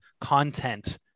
content